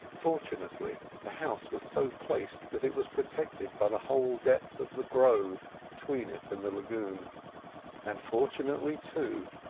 fortunately the house was so placed that it was protected by the whole depth of the grove between it and the lagoon and fortunately, too,